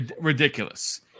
Ridiculous